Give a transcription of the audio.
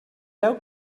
veu